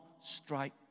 strike